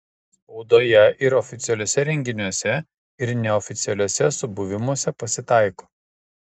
spaudoje ir oficialiuose renginiuose ir neoficialiuose subuvimuose pasitaiko